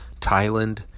Thailand